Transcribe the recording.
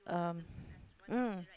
um mm